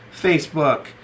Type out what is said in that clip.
Facebook